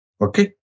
Okay